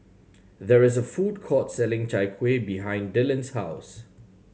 there is a food court selling Chai Kueh behind Dyllan's house